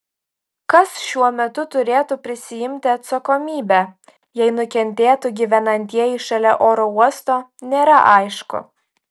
kas šiuo metu turėtų prisiimti atsakomybę jei nukentėtų gyvenantieji šalia oro uosto nėra aišku